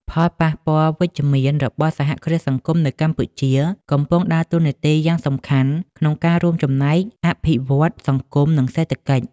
ផលប៉ះពាល់វិជ្ជមានរបស់សហគ្រាសសង្គមនៅកម្ពុជា កំពុងដើរតួនាទីយ៉ាងសំខាន់ក្នុងការរួមចំណែកអភិវឌ្ឍន៍សង្គម និងសេដ្ឋកិច្ច។